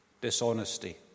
dishonesty